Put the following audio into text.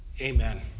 Amen